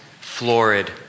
florid